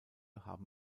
haben